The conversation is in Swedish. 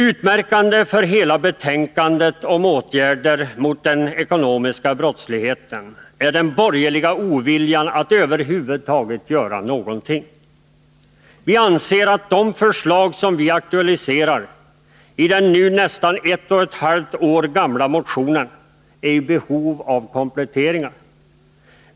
Utmärkande för hela betänkandet om åtgärder mot den ekonomiska brottsligheten är den borgerliga oviljan att över huvud taget göra någonting. Vi anser att de förslag som vi aktualiserar i den nu nästan ett och ett halvt år gamla motionen är i behov av kompletteringar.